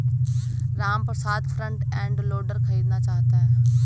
Ramprasad front end loader खरीदना चाहता है